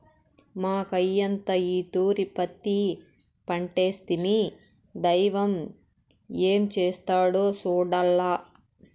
మాకయ్యంతా ఈ తూరి పత్తి పంటేస్తిమి, దైవం ఏం చేస్తాడో సూడాల్ల